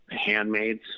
handmaids